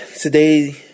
Today